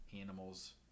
animals